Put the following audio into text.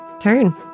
turn